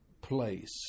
place